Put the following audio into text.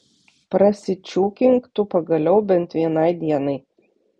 prasičiūkink tu pagaliau bent vienai dienai